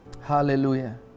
Hallelujah